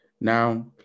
Now